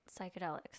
psychedelics